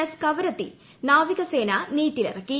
S Kavaratti നാവികസേന നീറ്റിലിറക്കി